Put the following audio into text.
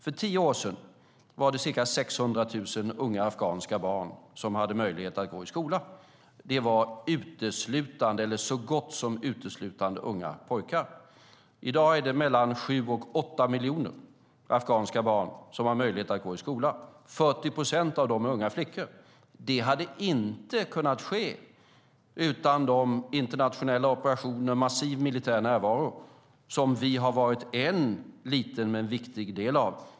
För tio år sedan var det ca 600 000 afghanska barn som hade möjlighet att gå i skolan. Det var så gott som uteslutande unga pojkar. I dag är det sju-åtta miljoner afghanska barn som har möjlighet att gå i skolan. 40 procent av dem är unga flickor. Det hade inte kunnat ske utan de internationella operationer och en massiv militär närvaro som vi har varit en liten men viktig del av.